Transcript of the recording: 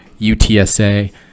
UTSA